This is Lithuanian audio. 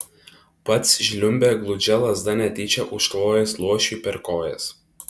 pats žliumbė gludžia lazda netyčia užtvojęs luošiui per kojas